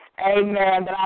Amen